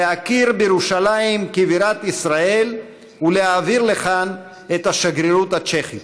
להכיר בירושלים כבירת ישראל ולהעביר לכאן את השגרירות הצ'כית.